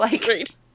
Great